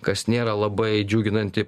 kas nėra labai džiuginanti